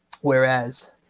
Whereas